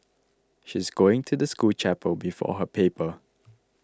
she's going to the school chapel before her paper